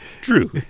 True